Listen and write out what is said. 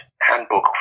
handbook